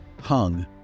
hung